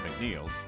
McNeil